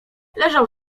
leżał